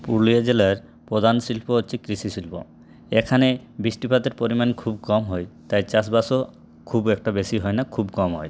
পুরুলিয়া জেলার প্রধান শিল্প হচ্ছে কৃষি শিল্প এখানে বৃষ্টিপাতের পরিমাণ খুব কম হয় তাই চাষবাসও খুব একটা বেশি হয় না খুব কম হয়